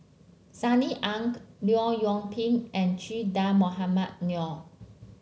Sunny Ang Liu Yong Pin and Che Dah Mohamed Noor